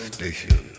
Station